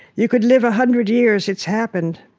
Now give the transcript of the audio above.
you could live a hundred years, it's happened.